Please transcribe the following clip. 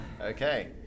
Okay